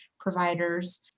providers